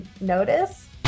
notice